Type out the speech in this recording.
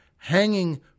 hanging